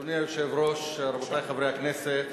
אדוני היושב-ראש, רבותי חברי הכנסת,